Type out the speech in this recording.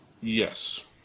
Yes